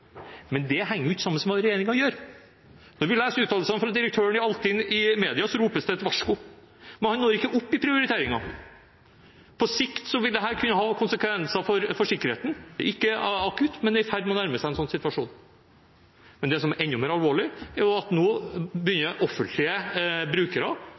Men det henger ikke sammen med hva regjeringen gjør. Når vi leser uttalelsene fra direktøren i Altinn i media, ropes det et varsko. Han når ikke opp i prioriteringen. På sikt vil dette ha konsekvenser for sikkerheten – ikke akutt, men det er i ferd med å nærme seg en sånn situasjon. Men det som er enda mer alvorlig, er at nå begynner offentlige brukere